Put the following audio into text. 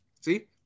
See